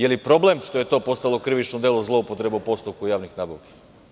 Da li je problem što je to postalo krivično delo – zloupotreba u postupku javnih nabavki?